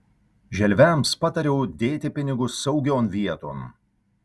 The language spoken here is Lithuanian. želviams patariau dėti pinigus saugion vieton